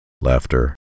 laughter